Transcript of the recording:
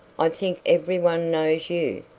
i think every one knows you!